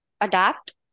adapt